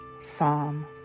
Psalm